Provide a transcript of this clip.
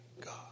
God